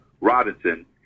Robinson